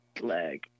Leg